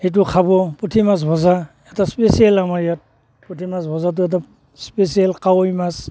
সেইটো খাব পুঠিমাছ ভজা এটা স্পেচিয়েল আমাৰ ইয়াত পুঠিমাছ ভজাটো এটা স্পেচিয়েল কাৱৈ মাছ